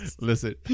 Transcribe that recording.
Listen